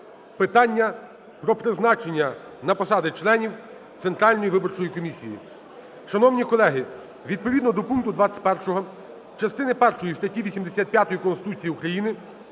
питання про призначення на посади членів Центральної виборчої комісії. Шановні колеги, відповідно до пункту 21 частини першої статті 85 Конституції України